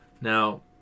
Now